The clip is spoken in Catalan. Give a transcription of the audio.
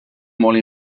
molt